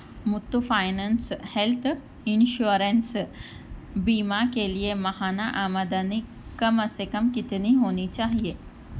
متو finance health insurance بیمہ کے لیے ماہانہ آمدنی کم سے کم کتنی ہونی چاہیے